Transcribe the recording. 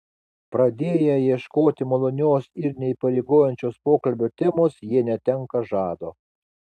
pradėję ieškoti malonios ir neįpareigojančios pokalbio temos jie netenka žado